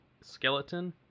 skeleton